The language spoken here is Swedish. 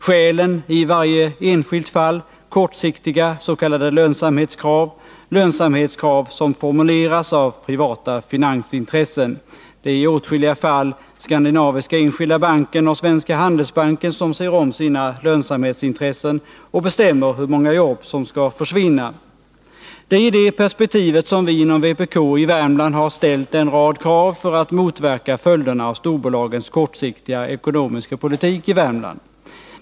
Skälen är i varje enskilt fall kortsiktiga s.k. lönsamhetskrav, som formuleras av privata finansintressen. Det är i åtskilliga fall Skandinaviska Enskilda Banken och Svenska Handelsbanken som ser om sina lönsamhetsintressen och som bestämmer hur många jobb som skall försvinna. Det är i det perspektivet som vi inom vpk i Värmland har ställt en rad krav för att motverka följderna av storbolagens kortsiktiga ekonomiska politik där.